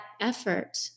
effort